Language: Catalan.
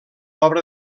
obra